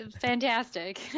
Fantastic